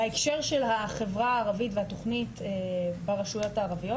בהקשר של החברה הערבית והתכנית ברשויות הערביות,